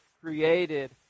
created